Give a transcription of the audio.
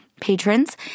patrons